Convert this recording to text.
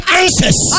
answers